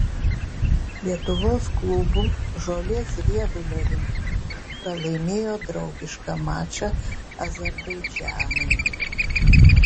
lietuvos klubų žolės riedulio rinktinė pralaimėjo draugišką mačą azerbaidžanui